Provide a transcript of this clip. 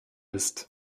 ist